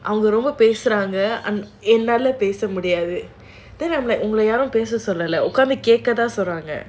அவங்க ரொம்ப பேசுறாங்க என்னால பேச முடியாது உங்கள யாரும் பேச சொல்லல உட்கார்ந்து கேக்கத்தான் சொல்ராங்க:avanga romba pesuraanga ennala pesa mudiyaathu ungala yarum pesa sollala utkaarnthu ketkathaan solraanga